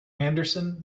anderson